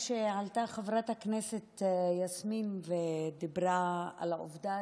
עלתה חברת הכנסת יסמין ודיברה על העובדה